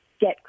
get